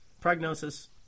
Prognosis